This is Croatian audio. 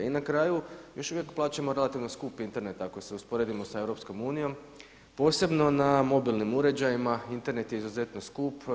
I na kraju još uvijek plaćamo relativno skupi Internet ako se usporedimo sa Europskom unijom posebno na mobilnim uređajima Internet je izuzetno skup.